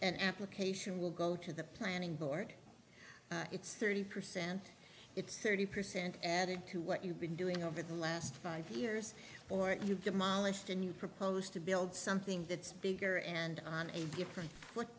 an application will go to the planning board it's thirty percent it's thirty percent added to what you've been doing over the last five years or you've demolished and you proposed to build something that's bigger and on a different